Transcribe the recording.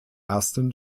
ersten